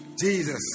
Jesus